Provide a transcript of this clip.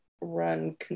run